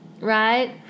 right